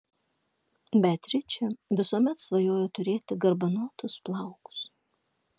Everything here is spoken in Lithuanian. beatričė visuomet svajojo turėti garbanotus plaukus